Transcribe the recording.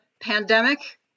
pandemic